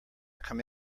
come